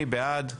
מי בעד,